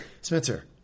Spencer